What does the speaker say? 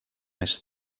més